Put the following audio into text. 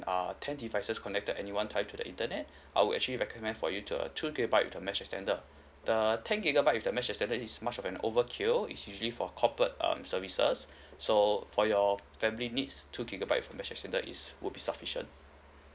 err ten devices connected anyone tied to the internet I would actually recommend for you to uh two gigabyte with a mesh extender the ten gigabyte with the mesh extender is much of an overkill is usually for corporate um services so for your family needs two gigabyte with the mesh extender would be sufficient